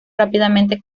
rápidamente